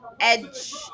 edge